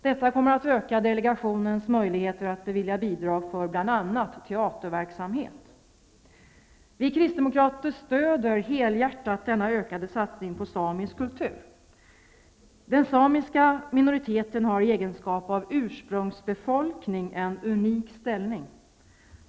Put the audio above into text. Detta kommer att öka delegationens möjligheter att bevilja bidrag för bl.a. teaterverksamhet. Vi kristdemokrater stöder helhjärtat denna ökade satsning på samisk kultur. Den samiska minoriteten har i egenskap av ursprungsbefolkning en unik ställning.